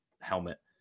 helmet